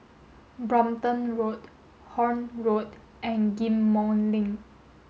Brompton Road Horne Road and Ghim Moh Link